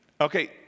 okay